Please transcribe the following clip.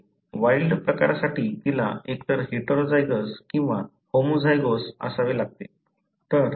wild प्रकारासाठी तिला एकतर हेटेरोझायगस किंवा होमोझायगोस असावे लागते